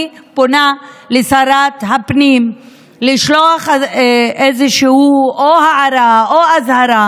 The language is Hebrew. אני פונה לשרת הפנים לשלוח איזושהי הערה או אזהרה